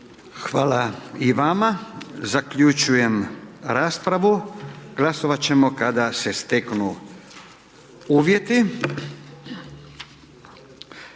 (Nezavisni)** Zaključujem raspravu. Glasovat ćemo kada se steknu uvjeti.